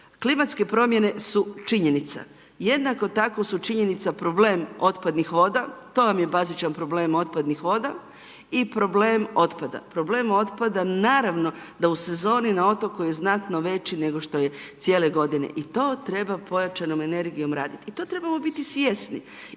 klimatske promjene su činjenica, jednako tako su činjenica problem otpadnih voda, to vam je bazičan problem otpadnih voda i problem otpada. Problem otpada naravno da u sezoni, na otoku je znatno veći nego što je cijele godine i to treba pojačanom energijom radit i to trebamo biti svjesni